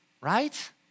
right